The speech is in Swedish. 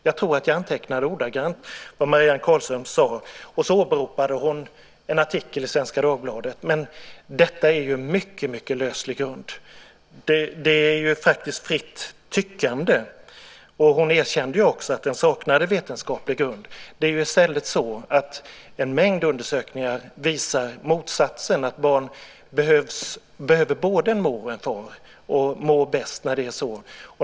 Jag tror att jag antecknade ordagrant vad Marianne Carlström sade, och så åberopade hon en artikel i Svenska Dagbladet. Men detta är en mycket löslig grund. Det är faktiskt fritt tyckande. Hon erkände också att det saknade vetenskaplig grund. Det är i stället så att en mängd undersökningar visar motsatsen, att barn behöver både en mor och en far och att det är bäst när det är så.